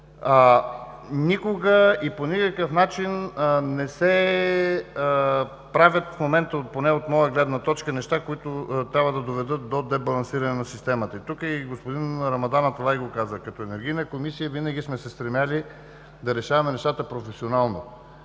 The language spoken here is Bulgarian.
Никога и по никакъв начин не се правят в момента, или поне от моя гледна точка, неща, които трябва да доведат до дебалансиране на системата. Тук и господин Рамадан Аталай го каза, че като Енергийна комисия винаги сме се стремили да решаваме нещата професионално.